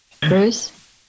Bruce